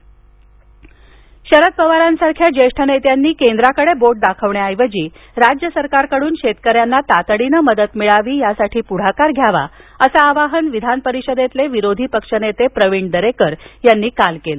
दरेकर शरद पवारांसारख्या ज्येष्ठ नेत्यांनी केंद्राकडे बोट दाखवण्याऐवजी राज्य सरकार कडून शेतकर्यांलना तातडीनं मदत मिळावी यासाठी पुढाकार घ्यावा असं आवाहन विधान परिषदेतले विरोधी पक्षनेते प्रवीण दरेकर यांनी काल केलं